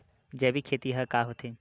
जैविक खेती ह का होथे?